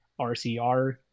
RCR